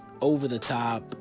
over-the-top